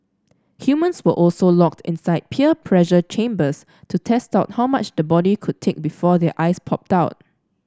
humans were also locked inside pear pressure chambers to test how much the body could take before their eyes popped out